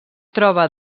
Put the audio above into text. troba